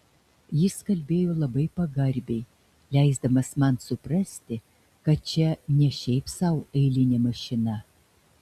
jis kalbėjo labai pagarbiai leisdamas man suprasti kad čia ne šiaip sau eilinė mašina